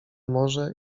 może